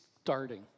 starting